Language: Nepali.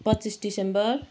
पच्चिस दिसम्बर